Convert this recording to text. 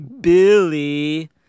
Billy